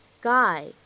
guy